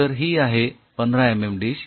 तर ही आहे १५ एमएम डिश